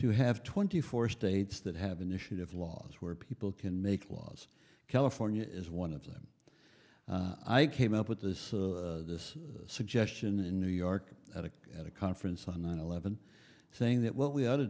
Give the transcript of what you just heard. to have twenty four states that have initiative laws where people can make laws california is one of them i came up with this this suggestion in new york at a at a conference on nine eleven thing that what we ought to